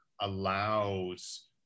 allows